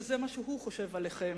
שזה מה שהוא חושב עליכם,